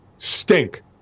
stink